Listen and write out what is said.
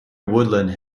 woodland